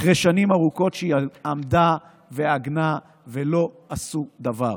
אחרי שנים ארוכות שהיא עמדה ועגנה ולא עשו דבר.